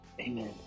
Amen